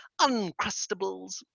uncrustables